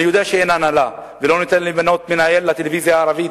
אני יודע שאין הנהלה ולא ניתן למנות מנהל לטלוויזיה בערבית,